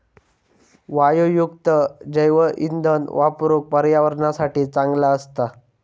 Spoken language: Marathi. वायूयुक्त जैवइंधन वापरुक पर्यावरणासाठी चांगला असता